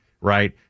right